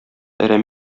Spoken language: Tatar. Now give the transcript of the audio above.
әрәм